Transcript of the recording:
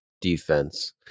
defense